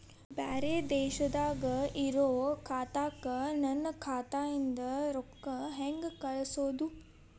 ಬ್ಯಾರೆ ದೇಶದಾಗ ಇರೋ ಖಾತಾಕ್ಕ ನನ್ನ ಖಾತಾದಿಂದ ರೊಕ್ಕ ಹೆಂಗ್ ಕಳಸೋದು?